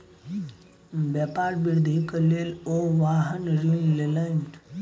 व्यापार वृद्धि के लेल ओ वाहन ऋण लेलैन